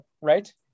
Right